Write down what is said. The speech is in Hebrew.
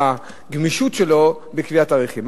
הגמישות שלו בקביעת תאריכים.